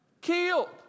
killed